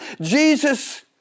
Jesus